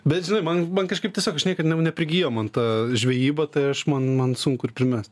bet žinai man man kažkaip tiesiog žinai neprigijo man ta žvejyba tai aš man man sunku ir primes